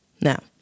Now